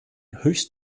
höchst